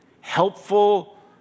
helpful